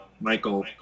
michael